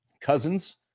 cousins